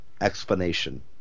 explanation